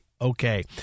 Okay